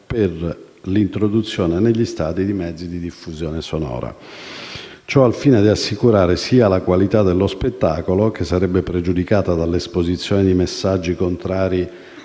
per l'introduzione negli stadi di mezzi di diffusione sonora. Ciò al fine di assicurare sia la qualità dello spettacolo, che verrebbe pregiudicata dall'esposizione di messaggi contrari